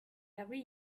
every